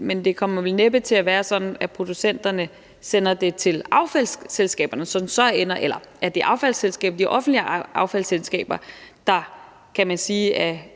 Men det kommer vel næppe til at være sådan, at producenterne sender det til affaldsselskaberne; at det er de offentligt ejede affaldsselskaber, der, kan man sige,